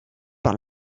par